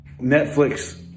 Netflix